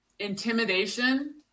intimidation